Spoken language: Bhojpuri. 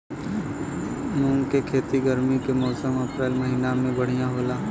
मुंग के खेती गर्मी के मौसम अप्रैल महीना में बढ़ियां होला?